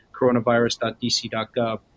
coronavirus.dc.gov